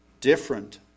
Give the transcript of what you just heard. different